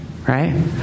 Right